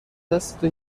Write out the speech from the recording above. دستتو